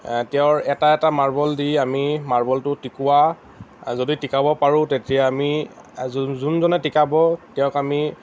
তেওঁৰ এটা এটা মাৰ্বল দি আমি মাৰ্বলটো টিকোৱা আৰু যদি টিকাব পাৰোঁ তেতিয়া আমি যোনজনে টিকাব তেওঁক আমি